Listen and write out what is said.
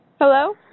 Hello